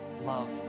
love